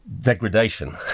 degradation